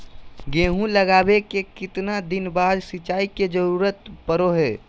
गेहूं लगावे के कितना दिन बाद सिंचाई के जरूरत पड़ो है?